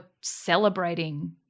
celebrating